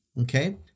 Okay